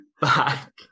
back